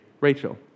Rachel